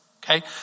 Okay